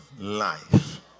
life